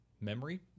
memory